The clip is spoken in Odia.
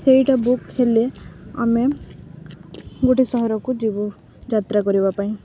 ସେଇଟା ବୁକ୍ ହେଲେ ଆମେ ଗୋଟେ ସହରକୁ ଯିବୁ ଯାତ୍ରା କରିବା ପାଇଁ